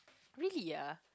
really ah